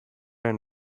and